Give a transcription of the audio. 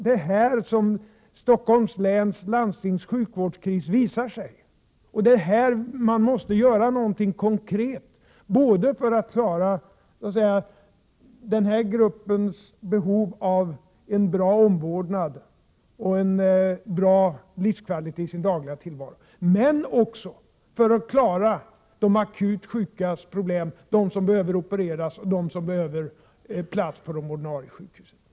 Det är här Stockholms läns landstings sjukvårdskris visar sig, och det är här man måste göra någonting konkret, för att klara de klinikfärdiga patienternas behov av en bra omvårdnad och en hög livskvalitet i sin dagliga tillvaro men också för att lösa problemen för de akut sjuka — de som behöver opereras, de som behöver plats på akutsjukhusen.